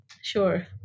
Sure